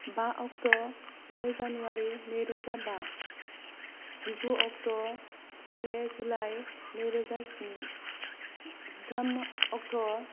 बा अक्ट' नै जानुवारि नैरोजा बा जिगु अक्ट' से जुलाय नैरोजा स्नि जिथाम अक्ट'